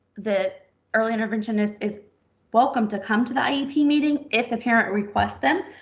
the early interventionist is welcome to come to the iep meeting if the parent request them.